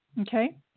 Okay